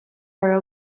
are